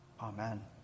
Amen